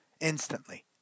instantly